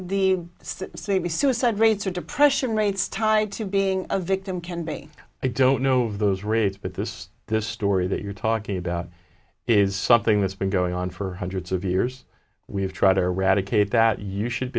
b suicide rates or depression rates tied to being a victim can being i don't know those rates but this this story that you're talking about is something that's been going on for hundreds of years we have tried to eradicate that you should